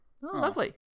lovely